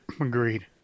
Agreed